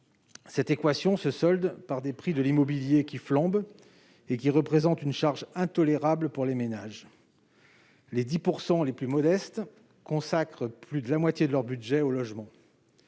cette équation se solde par des prix de l'immobilier qui flambent et qui représentent une charge intolérable pour les ménages. Les 10 % des foyers les plus modestes consacrent près de la moitié de leur budget au logement.